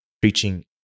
preaching